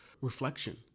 reflection